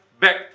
Back